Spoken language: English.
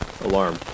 alarm